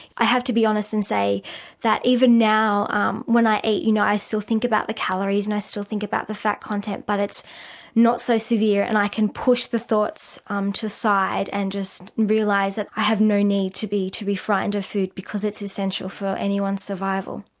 i have to be honest and say that even now um when i eat you know i still think about the calories and i still think about the fat content, but it's not so severe, and i can push the thoughts um to the side and just realise that i have no need to be to be frightened of food because it's essential for anyone's survival.